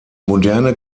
moderne